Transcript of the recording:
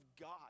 God